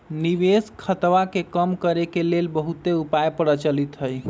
निवेश खतरा के कम करेके के लेल बहुते उपाय प्रचलित हइ